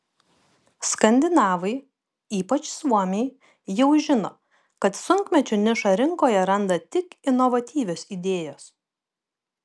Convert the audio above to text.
skandinavai ypač suomiai jau žino kad sunkmečiu nišą rinkoje randa tik inovatyvios idėjos